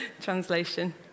Translation